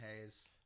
Hayes